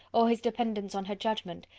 or his dependence on her judgment,